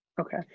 okay